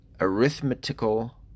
Arithmetical